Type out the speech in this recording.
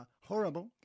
horrible